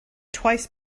twice